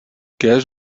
kéž